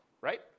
right